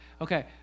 Okay